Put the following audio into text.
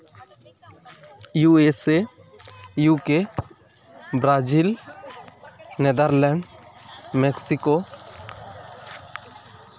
USA UK Brazil Netherland Mexico